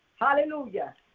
hallelujah